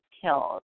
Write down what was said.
killed